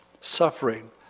suffering